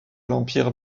l’empire